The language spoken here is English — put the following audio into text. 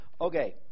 okay